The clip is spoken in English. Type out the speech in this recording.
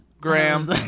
Graham